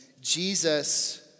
Jesus